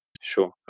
Sure